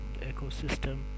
ecosystem